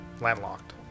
landlocked